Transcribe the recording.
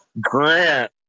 Grant